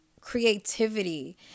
creativity